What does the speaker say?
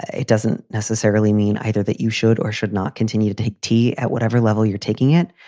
it doesn't necessarily mean either that you should or should not continue to take tea at whatever level you're taking it.